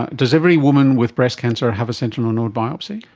does every woman with breast cancer have a sentinel node biopsy?